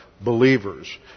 believers